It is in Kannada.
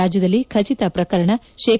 ರಾಜ್ಯದಲ್ಲಿ ಖಟಿತ ಪ್ರಕರಣ ಶೇ